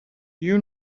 you